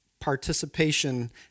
participation